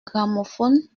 gramophone